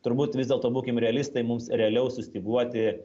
turbūt vis dėlto būkim realistai mums realiau sustyguoti